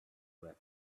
wept